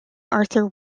arthur